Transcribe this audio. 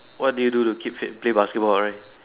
what do you do to keep fit play basketball right